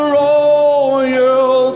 royal